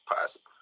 possible